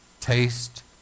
taste